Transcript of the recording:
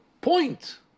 point